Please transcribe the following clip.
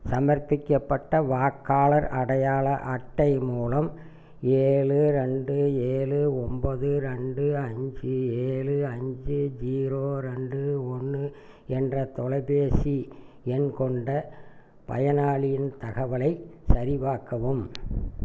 சமர்ப்பிக்கப்பட்ட வாக்காளர் அடையாள அட்டை மூலம் ஏழு ரெண்டு ஏழு ஒம்போது ரெண்டு அஞ்சு ஏழு அஞ்சு ஜீரோ ரெண்டு ஒன்று என்ற தொலைபேசி எண் கொண்ட பயனாளியின் தகவலைச் சரிபார்க்கவும்